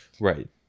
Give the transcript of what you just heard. Right